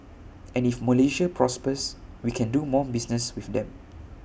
and if Malaysia prospers we can do more business with them